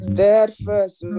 Steadfast